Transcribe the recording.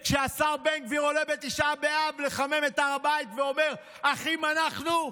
כשהשר בן גביר עולה בתשעה באב לחמם את הר הבית ואומר: אחים אנחנו,